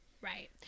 Right